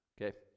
Okay